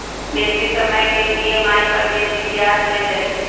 बेशी समय के ई.एम.आई पर बेशी ब्याज लेल जाइ छइ